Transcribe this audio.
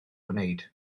gwneud